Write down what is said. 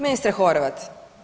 Ministre Horvat.